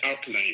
outline